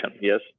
yes